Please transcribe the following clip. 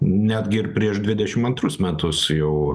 netgi ir prieš dvidešim antrus metus jau